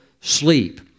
sleep